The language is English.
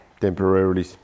Temporarily